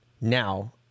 now